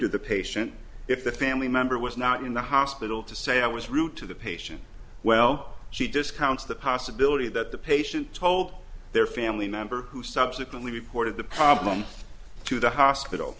to the patient if the family member was not in the hospital to say i was root to the patient well she discounts the possibility that the patient told their family member who subsequently reported the problem to the hospital